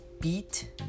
beat